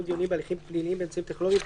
דיונים בהליכים פליליים באמצעים טכנולוגיים),